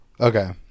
Okay